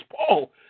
Paul